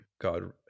God